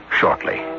shortly